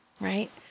right